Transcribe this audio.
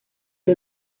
que